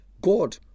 God